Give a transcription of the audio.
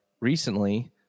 recently